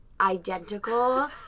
identical